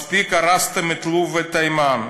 מספיק הרסתם את לוב ואת תימן.